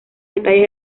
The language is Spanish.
detalles